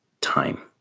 time